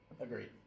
Agreed